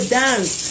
dance